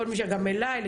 גם אליי,